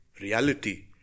reality